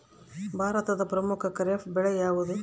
ಭಾರತದ ಪ್ರಮುಖ ಖಾರೇಫ್ ಬೆಳೆ ಯಾವುದು?